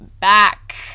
back